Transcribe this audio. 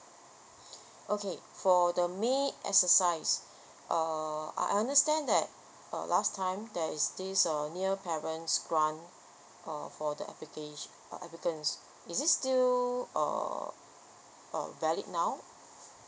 okay for the may exercise err I understand that uh last time there is this uh near parents grant uh for the applic~ uh applicants is it still err uh valid now